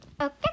Okay